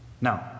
Now